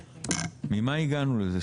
ממה הגענו לזה?